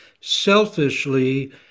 selfishly